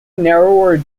narrower